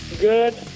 Good